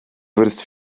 würdest